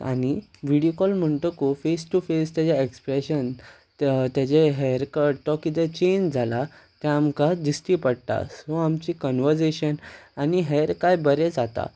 आनी video call म्हणटकूच face to face तेजे एक्सप्रेशन तेजे हेयरकट तो कितें चेंज जाला ते आमकां दिसता पडटा सो आमची कन्वर्सेशन आनी हेर काय बरें जाता